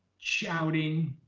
shouting,